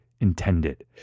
intended